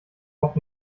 auch